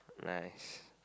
nice